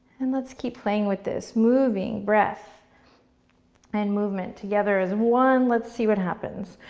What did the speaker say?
and let's keep playing with this moving breath and movement, together as one, let's see what happens.